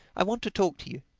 i want to talk to you.